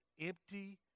empty